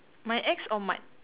my ex or Mad